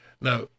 Now